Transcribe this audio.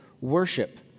worship